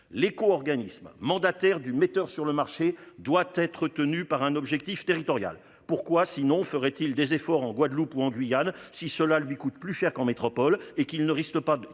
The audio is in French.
l'éco-organisme mandataire du metteur sur le marché doit être tenu par un objectif. Pourquoi. Sinon, on ferait-il des efforts en Guadeloupe ou en Guyane, si cela lui coûte plus cher qu'en métropole et qu'il ne risque pas qu'ne